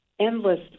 endless